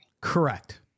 Correct